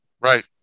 Right